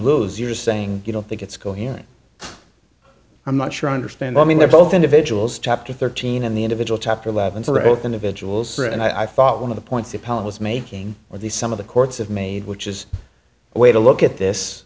lose you're saying you don't think it's coherent i'm not sure i understand i mean they're both individuals chapter thirteen in the individual chapter eleven for both individuals and i thought one of the points that palin was making or these some of the courts have made which is a way to look at this